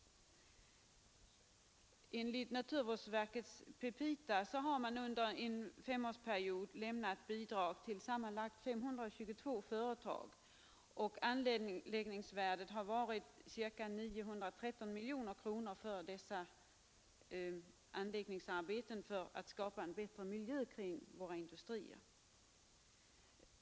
Enligt naturvårdsverkets petita har man under en femårsperiod lämnat bidrag till sammanlagt 522 företag och anläggningsvärdet för dessa arbeten — som skall skapa en bättre miljö kring våra industrier — har varit ca 913 miljoner kronor.